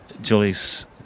Julie's